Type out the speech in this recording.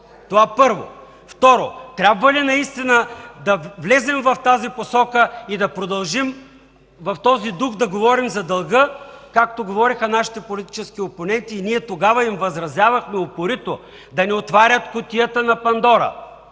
Това – първо. Второ, трябва ли да влезем в тази посока и да продължим да говорим в този дух за дълга, както говореха нашите политически опоненти?! Ние тогава им възразявахме упорито да не отварят кутията на Пандора!